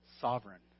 Sovereign